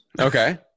Okay